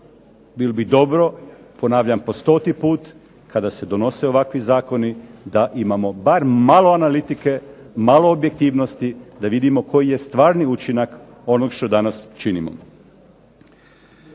Bilo bi dobro, ponavljam po stoti put kada se donose ovakvi zakoni da imamo bar malo analitike, malo objektivnosti, da vidimo koji je stvarni učinak onog što danas činimo.